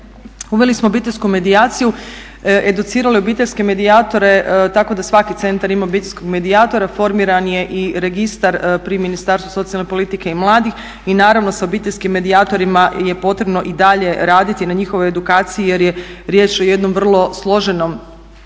Uveli smo obiteljsku medijaciju, educirali obiteljske medijatore tako da svaki centar ima obiteljskog medijatora. Formiran je i registar pri Ministarstvu socijalne politike i mladih i naravno sa obiteljskim medijatorima je potrebno i dalje raditi na njihovoj edukaciji jer je riječ o jednom vrlo složenom procesu